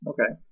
Okay